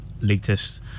latest